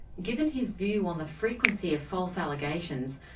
given his view on the frequency of false allegations,